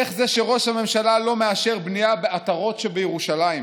איך זה שראש הממשלה לא מאשר בנייה בעטרות שבירושלים?